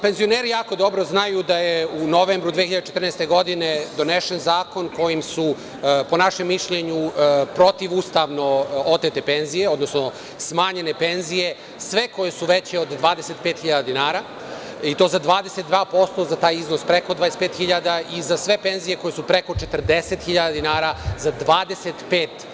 Penzioneri jako dobro znaju da je u novembru 2014. godine donesen zakon kojim su, po našem mišljenju, protivustavno otete penzije, odnosno smanjene penzije sve koje su veće od 25 hiljada dinara i to za 22% za taj iznos preko 25 hiljada i za sve penzije koje su preko 40 hiljada dinara za 25%